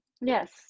Yes